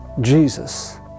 Jesus